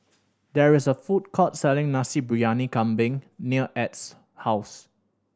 there is a food court selling Nasi Briyani Kambing near Edd's house